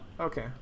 Okay